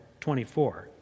24